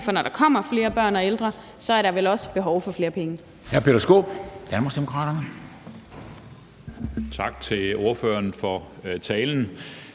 for når der kommer flere børn og ældre, er der vel også behov for flere penge.